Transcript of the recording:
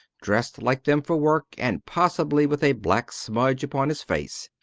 dressed like them for work, and possibly with a black smudge upon his face.